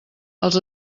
els